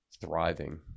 thriving